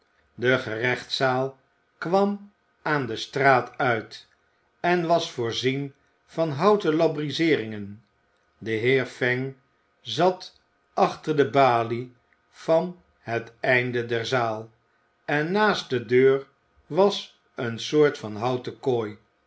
de gerechtszaal kwam aan de straat uit en was voorzien van houten iambrizeeringen de heer fang zat achter de balie aan het einde der zaal en naast de deur was een soort van houten kooi